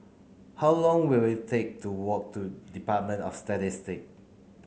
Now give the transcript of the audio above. how long will it take to walk to Department of Statistic